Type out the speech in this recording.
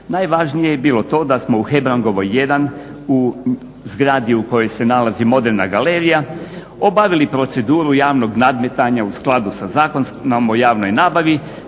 Najvažnije je bilo to da smo u Hebrangovoj 1 u zgradi u kojoj se nalazi moderna galerija obavili proceduru javnog nadmetanja u skladu sa Zakonom o javnoj nabavi